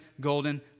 golden